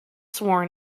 sworn